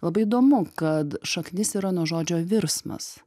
labai įdomu kad šaknis yra nuo žodžio virsmas